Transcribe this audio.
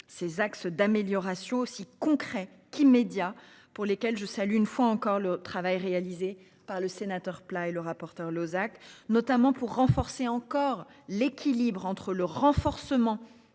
ces axes d'amélioration si concret qui médias pour lesquels je salue une fois encore le travail réalisé par le sénateur plat et le rapporteur Lozach notamment pour renforcer encore l'équilibre entre le renforcement